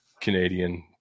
Canadian